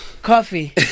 Coffee